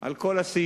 על כל הסעיפים,